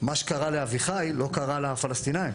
מה שקרה לאביחי לא קרה לפלסטינים.